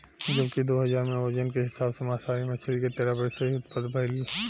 जबकि दू हज़ार में ओजन के हिसाब से मांसाहारी मछली के तेरह प्रतिशत ही उत्तपद भईलख